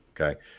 okay